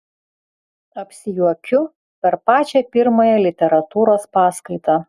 apsijuokiu per pačią pirmąją literatūros paskaitą